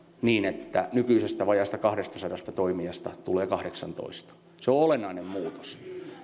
niin että nykyisestä vajaasta kahdestasadasta toimijasta tulee kahdeksantoista se on olennainen muutos